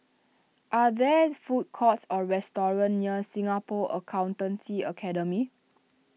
are there food courts or restaurants near Singapore Accountancy Academy